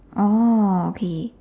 oh okay